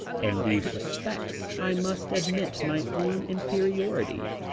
in these respects i must admit my own inferiority.